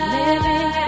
living